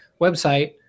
website